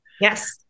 Yes